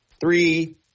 Three